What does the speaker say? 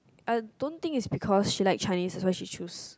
I don't think it's because she likes Chinese that's why she choose